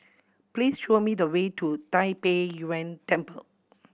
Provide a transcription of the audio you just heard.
please show me the way to Tai Pei Yuen Temple